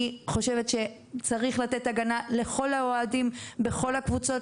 אני חושבת שצריך לתת הגנה לכל האוהדים בכל הקבוצות,